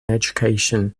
education